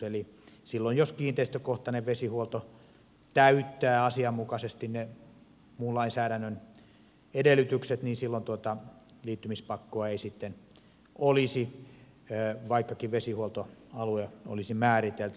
eli jos kiinteistökohtainen vesihuolto täyttää asianmukaisesti muun lainsäädännön edellytykset niin tuota liittymispakkoa ei silloin olisi vaikkakin vesihuoltoalue olisi määritelty